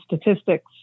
statistics